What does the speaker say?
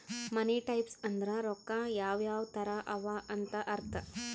ಮನಿ types ಅಂದುರ್ ರೊಕ್ಕಾ ಯಾವ್ ಯಾವ್ ತರ ಅವ ಅಂತ್ ಅರ್ಥ